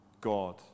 God